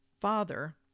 father